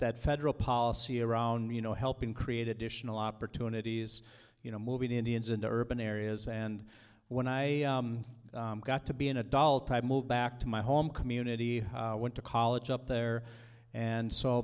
that federal policy around you know helping create additional opportunities you know moving indians into urban areas and when i got to be an adult i moved back to my home community went to college up there and s